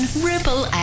Ripple